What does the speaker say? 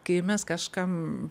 kai mes kažkam